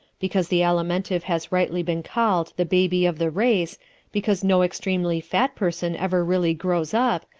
because the alimentive has rightly been called the baby of the race because no extremely fat person ever really grows up,